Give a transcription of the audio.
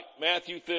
Matthew